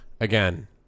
Again